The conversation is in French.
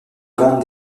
bande